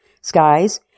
skies